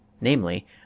namely